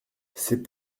c’est